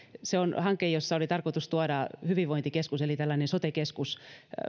se on hanke jossa oli tarkoitus tuoda hyvinvointikeskus eli tällainen sote keskus